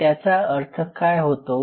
त्याचा अर्थ काय होतो